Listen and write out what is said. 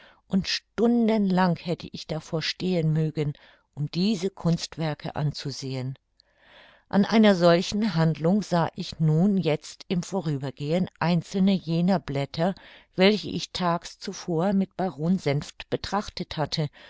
und stundenlang hätte ich davor stehen mögen um diese kunstwerke anzusehen an einer solchen handlung sah ich nun jetzt im vorübergehen einzelne jener blätter welche ich tags zuvor mit baron senft betrachtet hatte